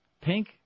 Pink